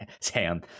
sam